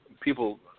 people